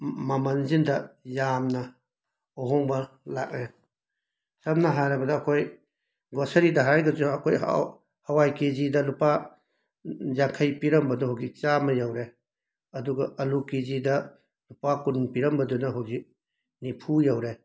ꯃꯃꯜꯁꯤꯗ ꯌꯥꯝꯅ ꯑꯍꯣꯡꯕ ꯂꯥꯛꯑꯦ ꯁꯝꯅ ꯍꯥꯏꯔꯕꯗ ꯑꯩꯈꯣꯏ ꯒꯣꯁꯔꯤꯗ ꯍꯥꯏꯔꯒꯁꯨ ꯑꯩꯈꯣꯏ ꯍ ꯍꯋꯥꯏ ꯀꯦꯖꯤꯗ ꯂꯨꯄꯥ ꯌꯥꯡꯈꯩ ꯄꯤꯔꯝꯕꯗꯣ ꯍꯧꯖꯤꯛ ꯆꯥꯝꯃ ꯌꯧꯔꯦ ꯑꯗꯨꯒ ꯑꯜꯂꯨ ꯀꯦꯖꯤꯗ ꯂꯨꯄꯥ ꯀꯨꯟ ꯄꯤꯔꯝꯕꯗꯨꯅ ꯍꯧꯖꯤꯛ ꯅꯤꯐꯨ ꯌꯧꯔꯦ